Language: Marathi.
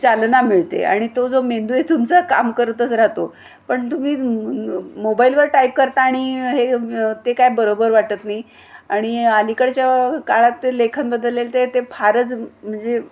चालना मिळते आणि तो जो मेंदू हे तुमचं काम करतच राहतो पण तुम्ही मोबाईलवर टाईप करता आणि हे ते काय बरोबर वाटत नाही आणि अलीकडच्या काळात ते लेखन बदलले ते ते फारच म्हणजे